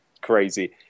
crazy